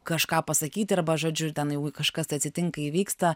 kažką pasakyti arba žodžiu ten jau kažkas atsitinka įvyksta